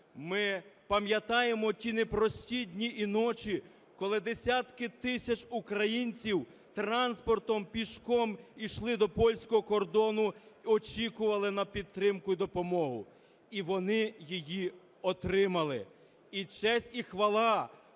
Ми пам'ятаємо ті непрості дні і ночі, коли десятки тисяч українців транспортом, пішком йшли до польського кордону, очікували на підтримку і допомогу. І вони її отримали. І честь, і хвала